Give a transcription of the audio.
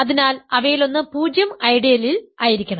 അതിനാൽ അവയിലൊന്ന് 0 ഐഡിയലിൽ ആയിരിക്കണം